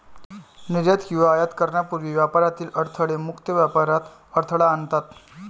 निर्यात किंवा आयात करण्यापूर्वी व्यापारातील अडथळे मुक्त व्यापारात अडथळा आणतात